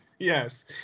Yes